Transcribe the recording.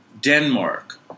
Denmark